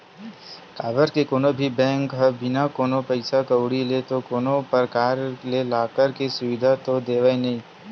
काबर के कोनो भी बेंक ह बिना कोनो पइसा कउड़ी ले तो कोनो परकार ले लॉकर के सुबिधा तो देवय नइ